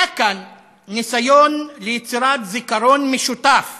היה כאן ניסיון ליצירת זיכרון משותף